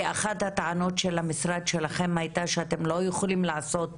אחת הטענות של המשרד שלכם הייתה שאתם לא יכולים לעשות